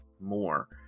more